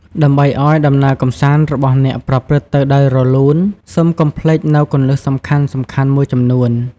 ដើម្បីឲ្យដំណើរកម្សាន្តរបស់អ្នកប្រព្រឹត្តទៅដោយរលូន សូមកុំភ្លេចនូវគន្លឹះសំខាន់ៗមួយចំនួន។